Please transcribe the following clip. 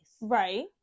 right